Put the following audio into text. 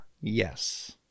Yes